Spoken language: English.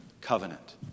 Covenant